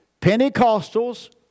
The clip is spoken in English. Pentecostals